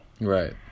Right